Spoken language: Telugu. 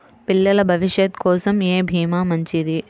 పిల్లల భవిష్యత్ కోసం ఏ భీమా మంచిది?